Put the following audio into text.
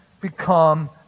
become